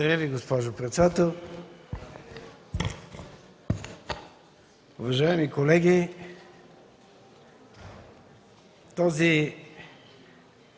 Благодаря, госпожо председател. Уважаеми колеги! Когато